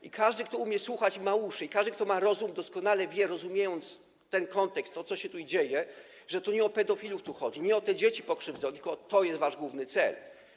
I każdy, kto umie słuchać i ma uszy, i każdy, kto ma rozum, doskonale wie, rozumiejąc ten kontekst, to co się tu dzieje, że to nie o pedofilów tu chodzi, nie o te dzieci pokrzywdzone, tylko to jest wasz główny cel.